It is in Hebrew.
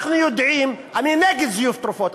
אני נגד זיוף תרופות,